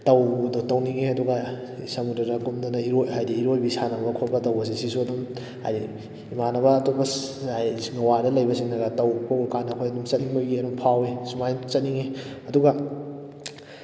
ꯇꯧꯕꯗꯣ ꯇꯧꯅꯤꯡꯉꯦ ꯑꯗꯨꯒ ꯁꯃꯨꯗ꯭ꯔꯗ ꯀꯨꯝꯗꯨꯅ ꯍꯥꯏꯕꯗꯤ ꯏꯔꯣꯏꯕꯤ ꯁꯥꯟꯅꯕ ꯈꯣꯠꯄ ꯇꯧꯕꯁꯦ ꯁꯤꯁꯨ ꯑꯗꯨꯝ ꯍꯥꯏꯕꯗꯤ ꯏꯃꯟꯅꯕ ꯑꯇꯣꯞꯄ ꯒꯋꯥꯗ ꯂꯩꯕꯁꯤꯡꯅꯒ ꯇꯧꯕ ꯎꯕꯀꯥꯟꯗ ꯑꯩꯈꯣꯏ ꯑꯗꯨꯝ ꯆꯠꯅꯤꯡꯕꯒꯤ ꯑꯗꯨꯝ ꯐꯥꯎꯏ ꯁꯨꯃꯥꯏ ꯆꯠꯅꯤꯡꯏ ꯑꯗꯨꯒ